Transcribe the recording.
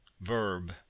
verb